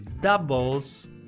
doubles